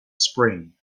spring